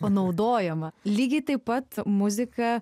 panaudojama lygiai taip pat muzika